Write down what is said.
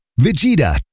Vegeta